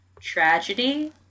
tragedy